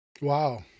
wow